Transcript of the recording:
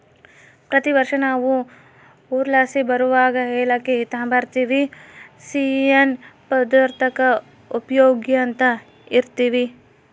ಪ್ರತಿ ವರ್ಷ ನಾವು ಊರ್ಲಾಸಿ ಬರುವಗ ಏಲಕ್ಕಿ ತಾಂಬರ್ತಿವಿ, ಸಿಯ್ಯನ್ ಪದಾರ್ತುಕ್ಕ ಉಪಯೋಗ್ಸ್ಯಂತ ಇರ್ತೀವಿ